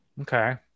Okay